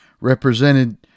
represented